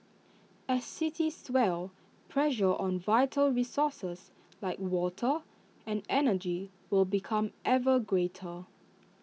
as cities swell pressure on vital resources like water and energy will become ever greater